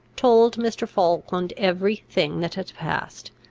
told mr. falkland every thing that had passed,